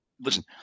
Listen